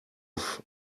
off